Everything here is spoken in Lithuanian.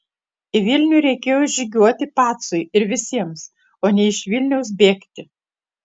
į vilnių reikėjo žygiuoti pacui ir visiems o ne iš vilniaus bėgti